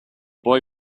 boy